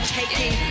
taking